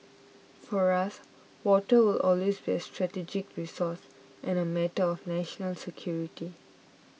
for us water will always be a strategic resource and a matter of national security